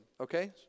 okay